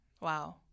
Wow